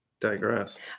digress